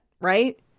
Right